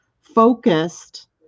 focused